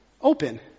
Open